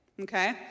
okay